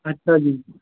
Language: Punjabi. ਅੱਛਾ ਜੀ